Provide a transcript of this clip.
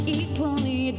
equally